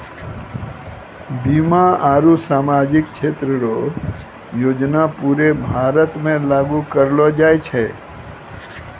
बीमा आरू सामाजिक क्षेत्र रो योजना पूरे भारत मे लागू करलो जाय छै